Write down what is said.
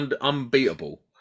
unbeatable